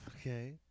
Okay